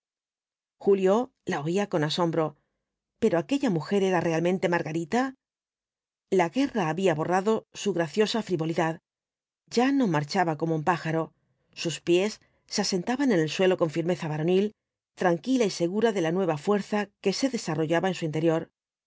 julio la oía con asombro pero aquella mujer era realmente margarita la guerra había borrado su graciosa frivolidad ya no marchaba como un pájaro sus pies se asentaban en el suelo con firmeza varonil tranquila y segura de la nueva fuerza que se desarrollaba en su interior